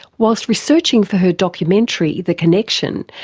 whilst researching for her documentary the connection,